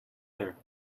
there